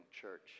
church